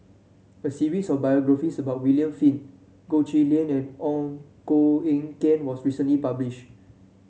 a series of biographies about William Flint Goh Chiew Lye and On Koh Eng Kian was recently published